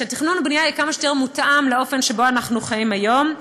שתכנון ובנייה יהיו כמה שיותר מותאמים לאופן שבו אנחנו חיים היום.